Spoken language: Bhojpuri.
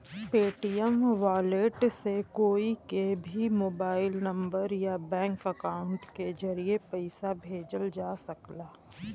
पेटीएम वॉलेट से कोई के भी मोबाइल नंबर या बैंक अकाउंट के जरिए पइसा भेजल जा सकला